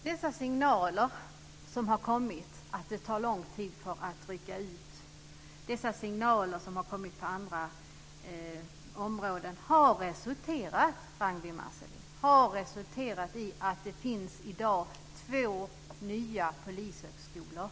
Fru talman! De signaler som har kommit om att det tar lång tid att rycka ut och signaler om andra missförhållanden har resulterat, Ragnwi Marcelind, i att det i dag finns två nya polishögskolor.